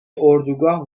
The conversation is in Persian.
اردوگاه